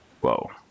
Whoa